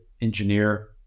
engineer